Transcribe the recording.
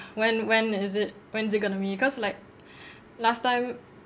when when is it when is it going to be cause like last time